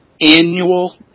Annual